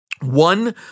One